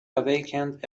awakened